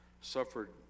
suffered